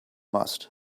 must